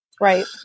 right